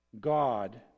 God